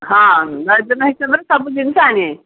ହଁ ଡଜନ ହିସାବରେ ସବୁ ଜିନିଷ ଆଣିବେ